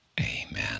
Amen